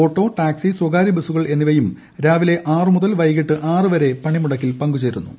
auto taxi സ്ഥകാര്യ ബസുകൾ എന്നിവയും രാവില്പെട്ആറ് മുതൽ വൈകിട്ട് ആറ് വരെയുള്ള പണിമുടക്കിൽ പ്രങ്കുഴ്ചേരുന്നുണ്ട്